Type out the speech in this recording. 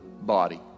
body